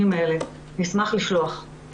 נשמח לשלוח לכם אותן.